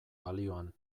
balioan